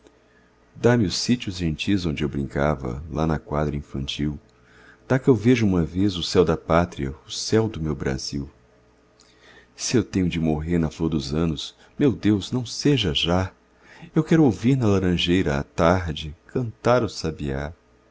dá-me os sítios gentis onde eu brincava lá na quadra infantil dá que eu veja uma vez o céu da pátria o céu do meu brasil se eu tenho de morrer na flor dos anos meu deus não seja já eu quero ouvir na laranjeira à tarde cantar o sabiá